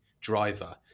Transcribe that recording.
driver